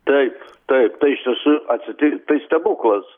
taip taip tai iš tiesų atsiti tai stebuklas